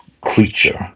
creature